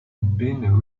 been